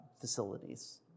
facilities